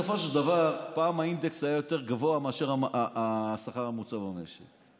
הרי בסופו של דבר פעם האינדקס היה יותר גבוה מהשכר הממוצע במשק,